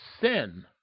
sin